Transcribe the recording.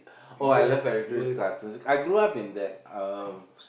oh I love fire drill cartoon I grew up in that